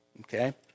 Okay